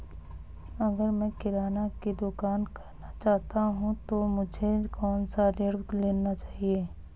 अगर मैं किराना की दुकान करना चाहता हूं तो मुझे कौनसा ऋण लेना चाहिए?